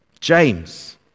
James